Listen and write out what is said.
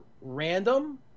random